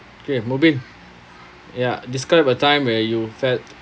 okay mubin ya describe a time where you felt